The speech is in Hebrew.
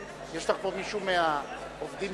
בעד עפו